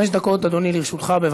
חמש דקות, אדוני, לרשותך, בבקשה.